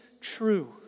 true